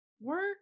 work